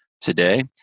today